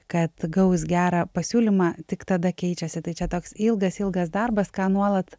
kad gaus gerą pasiūlymą tik tada keičiasi tai čia toks ilgas ilgas darbas ką nuolat